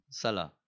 salah